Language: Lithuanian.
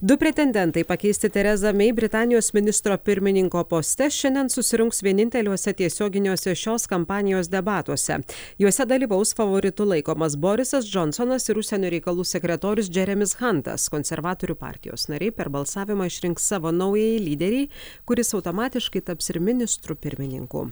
du pretendentai pakeisti terezą mei britanijos ministro pirmininko poste šiandien susirungs vieninteliuose tiesioginiuose šios kampanijos debatuose juose dalyvaus favoritu laikomas borisas džonsonas ir užsienio reikalų sekretorius džeremis hantas konservatorių partijos nariai per balsavimą išrinks savo naująjį lyderį kuris automatiškai taps ir ministru pirmininku